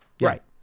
right